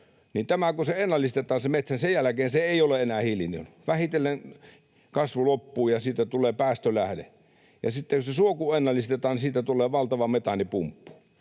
niin sen jälkeen se ei ole enää hiilinielu: vähitellen kasvu loppuu, ja siitä tulee päästölähde. Ja sitten se suo kun ennallistetaan, siitä tulee valtava metaanipumppu.